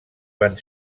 van